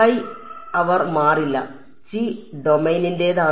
കൈ അവർ മാറില്ല ചി ഡൊമെയ്നിന്റേതാണ്